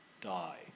die